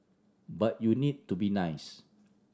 but you need to be nice